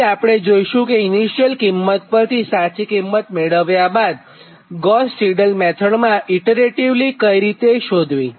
પછી આપણે જોઇશું કે ઇનીશીયલ કિંમત પરથી સાચી કિંમત મેળવ્વા ગોસ સિડલ મેથડમાં ઇટરેટીવલી કઈ રીતે શોધવી